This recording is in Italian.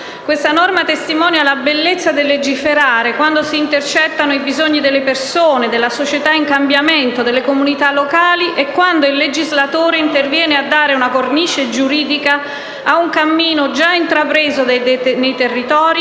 Essa testimonia dunque la bellezza del legiferare, quando si intercettano i bisogni delle persone, della società in cambiamento, delle comunità locali e quando il legislatore interviene a dare una cornice giuridica ad un cammino già intrapreso nei territori,